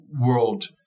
world